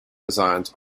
designs